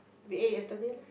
we ate yesterday loh